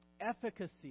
efficacy